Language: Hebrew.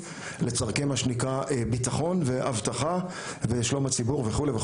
לצורכי מה שנקרא ביטחון ואבטחה ושלום הציבור וכולי.